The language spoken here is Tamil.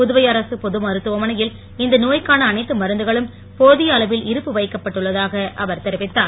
புதுவை அரசு பொது மருத்துவமனையில் இந்த நோய்க்கான அனைத்து மருந்துகளும் போதிய அளவில் இருப்பு வைக்கப்பட்டுள்ளதாக அவர் தெரிவித்தார்